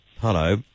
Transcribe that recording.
Hello